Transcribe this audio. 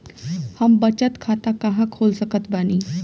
हम बचत खाता कहां खोल सकत बानी?